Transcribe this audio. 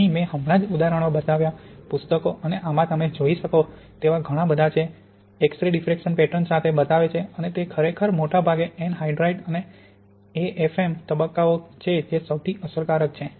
અહીં મેં હમણાં જ ઉદાહરણો બતાવ્યા પુસ્તકો અને આમાં તમે જોઈ શકો તેવા ઘણાં બધાં છે એક્સ રે ડિફરક્શન પેટર્ન સાથે બતાવે છે અને તે ખરેખર મોટે ભાગે એટ્રાઇનાઇટ અને એએફએમ તબક્કાઓ કે જે સૌથી અસરકારક છે